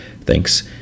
Thanks